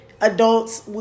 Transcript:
adults